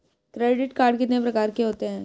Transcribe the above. Credit card कितने प्रकार के होते हैं?